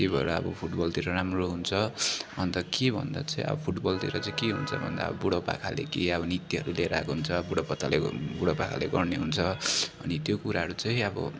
त्यही भएर अब फुटबलतिर राम्रो हुन्छ अन्त के भन्दा चाहिँ अब फुटबलतिर चाहिँ के हुन्छ भन्दा अब बुढोपाकाले के अब नृत्यहरू लिएर आएको हुन्छ बुढोपाकाले बुढोपाकाले गर्ने हुन्छ अनि त्यो कुराहरू चाहिँ अब